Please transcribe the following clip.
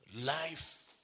Life